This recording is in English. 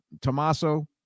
Tommaso